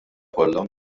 kollha